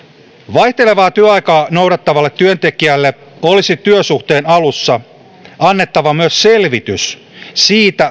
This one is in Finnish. vaihtelevaa työaikaa noudattavalle työntekijälle olisi työsuhteen alussa annettava myös selvitys siitä